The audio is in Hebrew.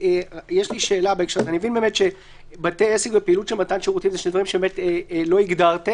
אני מבין שבתי עסק ופעילות של מתן שירותים זה שני דברים שלא הגדרתם,